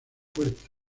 puerta